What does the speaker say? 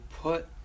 put